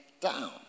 down